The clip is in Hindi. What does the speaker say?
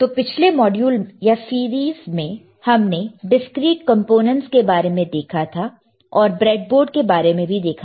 तो पिछले मॉड्यूल या सीरीज में हमने डिस्क्रीट कंपोनेंटस के बारे में देखा था और ब्रेड बोर्ड के बारे में भी देखा था